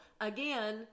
Again